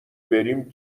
بریم